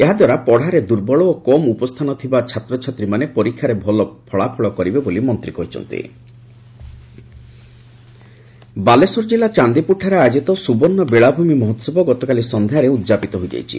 ଏହାଦ୍ୱାରା ପଡ଼ାରେ ଦୁର୍ବଳ ଓ କମ୍ ଉପସ୍ତାନ ଥିବା ଛାତ୍ରଛାତ୍ରୀମାନେ ପରୀକ୍ଷାରେ ଭଲ ଫଳାଫଳ କରିବେ ବୋଲି ମନ୍ତୀ କହିଛନ୍ତି ମହୋହବ ବାଲେଶ୍ୱର ଜିଲ୍ଲା ଚାନ୍ଦିପୁରଠାରେ ଆୟୋଜିତ ସୁବର୍ଶ୍ୱ ବେଳାଭ୍ରମି ମହୋହବ ଗତକାଲି ସନ୍ଧ୍ୟାରେ ଉଦ୍ଯାପିତ ହୋଇଯାଇଛି